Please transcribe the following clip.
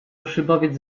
szybowiec